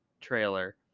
trailer